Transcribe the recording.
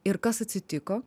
ir kas atsitiko